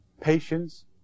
patience